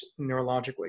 neurologically